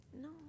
No